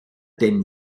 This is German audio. denn